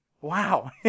Wow